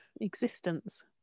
existence